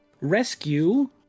rescue